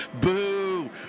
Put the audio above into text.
Boo